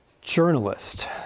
journalist